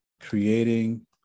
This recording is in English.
creating